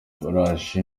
ifarashi